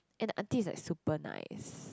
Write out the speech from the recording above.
and the auntie is like super nice